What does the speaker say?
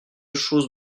choses